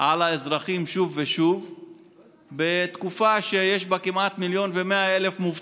על האזרחים שוב ושוב בתקופה שיש בה כמעט 1.1 מיליון מובטלים.